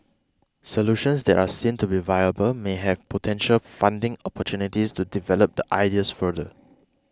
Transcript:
solutions that are seen to be viable may have potential funding opportunities to develop the ideas further